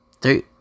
Three